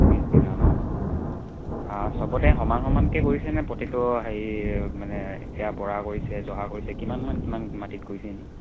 বিছ বিঘা ন অঁ চবতে সমান সমানকৈ কৰিছেনেে প্ৰতিটো হেৰি মানে এতিয়া বৰা কৰিছে জহা কৰিছে কিমানমান কিমান মাটিত কৰিছে এনেই